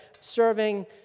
serving